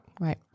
Right